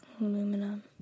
aluminum